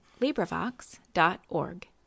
LibriVox.org